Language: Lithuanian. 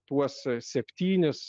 tuos septynis